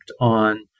on